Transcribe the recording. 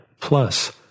Plus